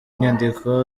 inyandiko